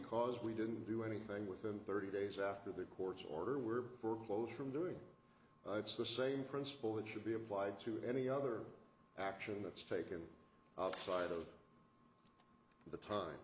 because we didn't do anything within thirty days after the court's order were foreclosed from doing it's the same principle that should be applied to any other action that's taken outside of the time